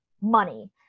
money